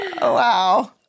Wow